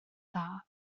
dda